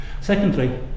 Secondly